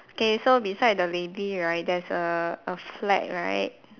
K so beside the lady right there's a a flag right